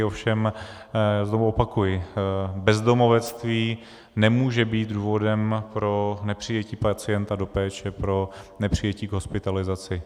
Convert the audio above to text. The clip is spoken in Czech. Ovšem znovu opakuji, bezdomovectví nemůže být důvodem pro nepřijetí pacienta do péče, pro nepřijetí k hospitalizaci.